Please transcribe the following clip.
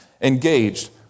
engaged